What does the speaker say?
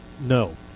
no